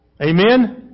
Amen